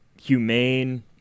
humane